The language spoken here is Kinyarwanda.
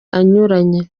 anyuranye